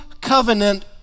covenant